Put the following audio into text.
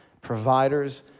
providers